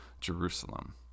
Jerusalem